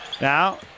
Now